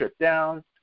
down